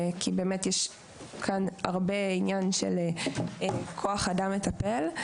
כי באמת יש כאן הרבה עניין של כוח אדם מטפל.